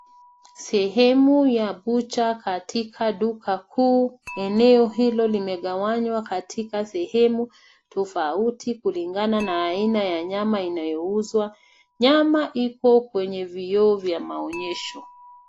Sehemu ya butcher katika duka kuu. Eneo hilo limegawanywa katika sehemu tofauti kulingana na aina ya nyama inayouzwa. Nyama iko kwenye vioo vya maonyesho.